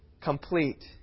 complete